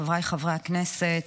חבריי חברי הכנסת,